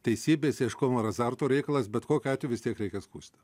teisybės ieškojimo ar azarto reikalas bet kokiu atveju vis tiek reikia skųsti